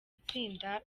itsinda